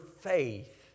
faith